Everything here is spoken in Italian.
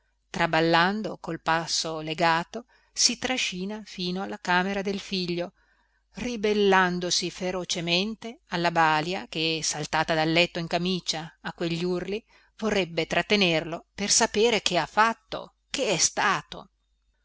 traballando col passo legato si trascina fino alla camera del figlio ribellandosi ferocemente alla balia che saltata dal letto in camicia a quegli urli vorrebbe trattenerlo per sapere che ha fatto che è stato